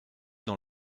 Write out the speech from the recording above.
dans